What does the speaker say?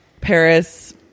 Paris